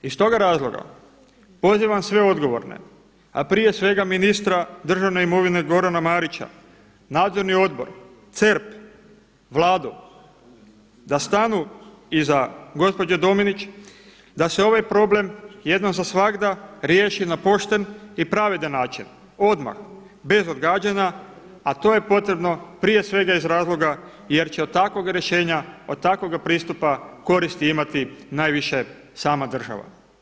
Iz toga razloga pozivam sve odgovorne, a prije svega ministra državne imovine Gorana Marića, nadzorni odbor, CERP, Vladu da stanu iza gospođe Dominić da se ovaj problem jednom za svagda riješi na pošten i pravedan način odmah bez odgađanja a to je potrebno prije svega iz razloga jer će od takvog rješenja, od takvoga pristupa koristi imati najviše sama država.